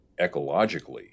ecologically